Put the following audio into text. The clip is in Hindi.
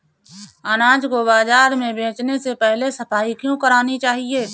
अनाज को बाजार में बेचने से पहले सफाई क्यो करानी चाहिए?